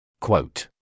Quote